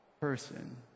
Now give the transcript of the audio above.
person